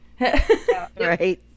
Right